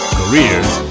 careers